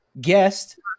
guest